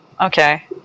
Okay